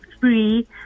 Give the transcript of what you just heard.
free